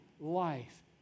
life